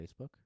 Facebook